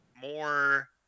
more